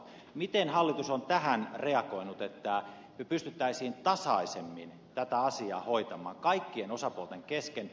miten hallitus on tähän reagoinut että me pystyisimme tasaisemmin tätä asiaa hoitamaan kaikkien osapuolten kesken